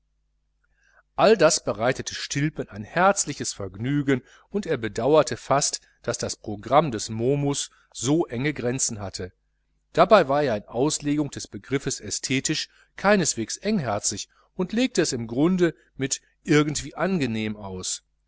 all das bereitete stilpen ein herzliches vergnügen und er bedauerte fast daß das programm des momus so enge grenzen hatte dabei war er in auslegung des begriffes ästhetisch keineswegs engherzig und legte es im grunde mit irgendwie angenehm aus